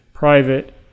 private